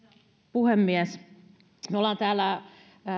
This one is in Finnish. puhemies me olemme täällä